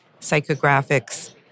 psychographics